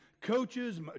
coaches